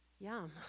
yum